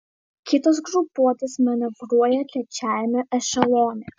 kitos grupuotės manevruoja trečiajame ešelone